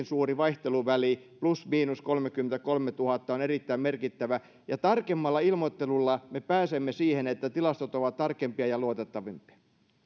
suuri vaihteluväli plus miinus kolmekymmentäkolmetuhatta on erittäin merkittävä tarkemmalla ilmoittelulla me pääsemme siihen että tilastot ovat tarkempia ja luotettavampia